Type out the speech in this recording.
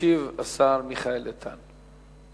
ישיב השר מיכאל איתן.